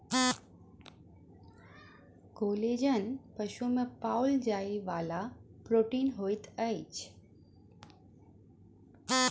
collagen पशु में पाओल जाइ वाला प्रोटीन होइत अछि